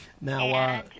Now